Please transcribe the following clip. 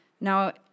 Now